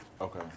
Okay